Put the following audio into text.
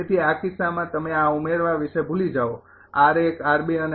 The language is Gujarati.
તેથી આ કિસ્સામાં તમે આ ઉમેરવા વિશે ભૂલી જાઓ અને